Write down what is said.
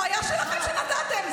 בעיה שלכם שנתתם.